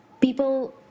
people